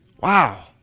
Wow